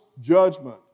judgment